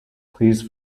please